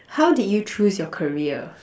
how did you choose your career